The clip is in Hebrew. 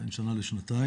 בין שנה לשנתיים.